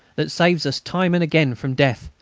that saves us time and again from death,